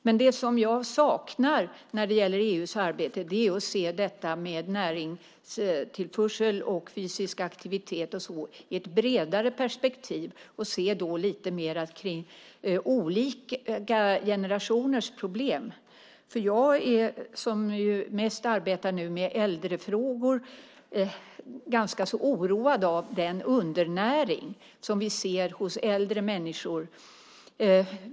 Men det som jag saknar när det gäller EU:s arbete är att man ska se frågan om näringstillförsel och fysisk aktivitet i ett bredare perspektiv och titta lite mer på olika generationers problem. Jag som nu arbetar mest med äldrefrågor är ganska oroad över den undernäring som vi ser hos äldre människor.